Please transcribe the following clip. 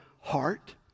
heart